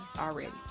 already